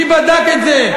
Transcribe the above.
מי בדק את זה?